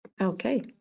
Okay